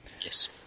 yes